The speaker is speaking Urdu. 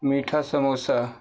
میٹھا سموسا